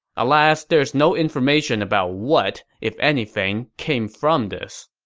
alas, there's no information about what, if anything, came from this